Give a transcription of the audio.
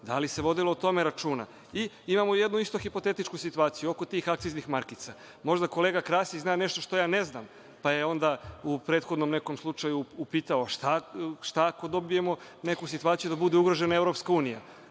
Da li se vodilo o tome računa? Imamo jednu isto hipotetičku situaciju oko tih akciznih markica. Možda kolega Krasić zna nešto što ja ne znam, pa je onda u prethodnom nekom slučaju upitao – šta ako dobijemo neku situaciju da bude ugrožena EU?